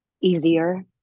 easier